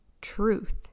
truth